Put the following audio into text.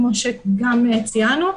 כמו שציינו.